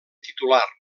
titular